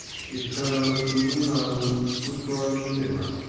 his curved eagle nose was grown thinner,